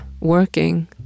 working